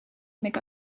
make